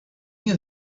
you